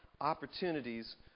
opportunities